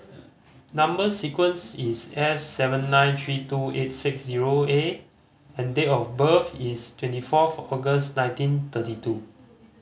number sequence is S seven nine three two eight six zero A and date of birth is twenty fourth August nineteen thirty two